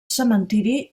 cementiri